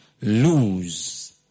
lose